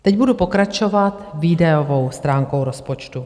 Teď budu pokračovat výdajovou stránkou rozpočtu.